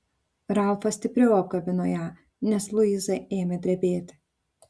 ralfas stipriau apkabino ją nes luiza ėmė drebėti